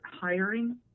hiring